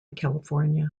california